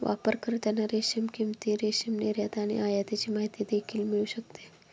वापरकर्त्यांना रेशीम किंमती, रेशीम निर्यात आणि आयातीची माहिती देखील मिळू शकते